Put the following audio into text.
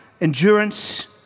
endurance